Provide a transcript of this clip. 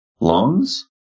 lungs